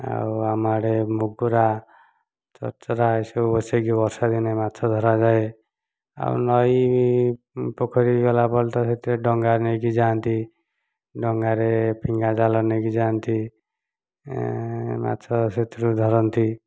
ଆଉ ଆମ ଆଡ଼େ ମୁଗୁରା ଚରଚରା ଏସବୁ ବସେଇକି ବର୍ଷାଦିନେ ମାଛ ଧରାଯାଏ ଆଉ ନଇ ପୋଖରୀକୁ ଗଲାବେଳେ ସେଥିରେ ତ ଡ଼ଙ୍ଗା ନେଇକି ଯାଆନ୍ତି ଡଙ୍ଗାରେ ଫିଙ୍ଗା ଜାଲ ନେଇକି ଯାଆନ୍ତି ମାଛ ସେଥିରୁ ଧରନ୍ତି